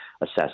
assess